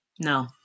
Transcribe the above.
no